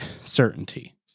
certainty